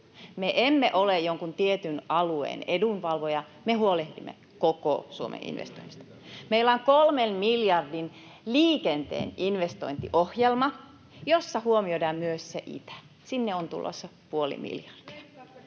Me emme ole jonkun tietyn alueen edunvalvoja, me huolehdimme koko Suomeen investoinneista. Meillä on kolmen miljardin liikenteen investointiohjelma, jossa huomioidaan myös se itä. Sinne on tulossa puoli miljardia.